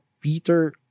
Peter